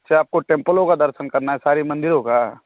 अच्छा आपको टेंपलों का दर्शन करना है सारे मंदिरों का